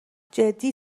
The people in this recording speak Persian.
جدی